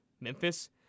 Memphis